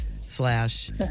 slash